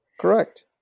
correct